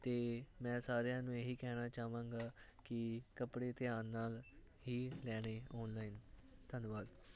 ਅਤੇ ਮੈਂ ਸਾਰਿਆਂ ਨੂੰ ਇਹੀ ਕਹਿਣਾ ਚਾਹਾਂਗਾ ਕਿ ਕੱਪੜੇ ਧਿਆਨ ਨਾਲ ਹੀ ਲੈਣੇ ਓਨਲਾਈਨ ਧੰਨਵਾਦ